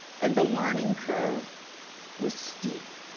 and the learning curve was steep,